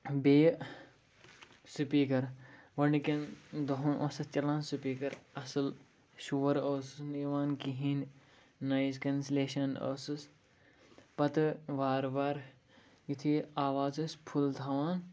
بیٚیہِ سپیٖکَر گۄڈنِکٮ۪ن دۄہَن اوس اَتھ چَلان سپیٖکَر اَصٕل شور اوسٕس نہٕ یِوان کِہیٖنۍ نایِز کٮ۪نسٕلیشَن ٲسٕس پَتہٕ وارٕ وارٕ یُتھُے آواز ٲسۍ فُل تھاوان